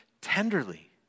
tenderly